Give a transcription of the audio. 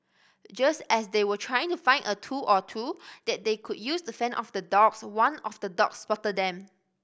just as they were trying to find a tool or two that they could use to fend off the dogs one of the dogs spotted them